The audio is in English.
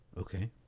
Okay